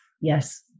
Yes